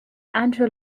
andrew